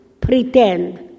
pretend